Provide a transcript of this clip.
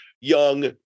young